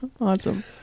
Awesome